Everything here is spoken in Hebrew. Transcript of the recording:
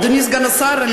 אדוני סגן השר,